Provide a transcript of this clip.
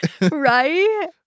Right